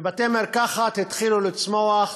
ובתי-מרקחת התחילו לצמוח